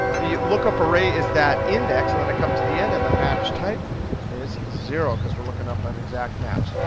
the lookup array is that index, and then i come to the end, and the match type is zero because we're looking up an exact match.